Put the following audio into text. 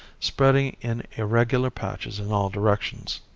spreading in irregular patches in all directions.